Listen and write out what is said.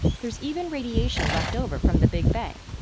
there's even radiation left over from the big bang.